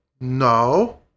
no